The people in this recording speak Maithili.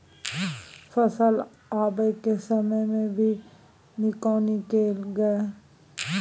फली आबय के समय मे भी निकौनी कैल गाय?